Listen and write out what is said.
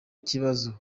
ikibazo